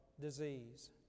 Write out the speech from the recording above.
disease